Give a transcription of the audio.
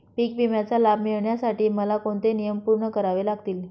पीक विम्याचा लाभ मिळण्यासाठी मला कोणते नियम पूर्ण करावे लागतील?